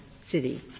city